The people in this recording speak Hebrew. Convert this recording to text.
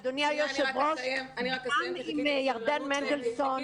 אדוני היו"ר גם עם ירדן מנדלסון -- אני רק אסיים,